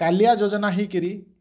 କାଳିଆ ଯୋଜନା ହେଇକିରି